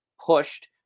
pushed